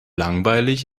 langweilig